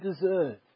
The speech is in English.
deserve